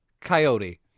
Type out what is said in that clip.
coyote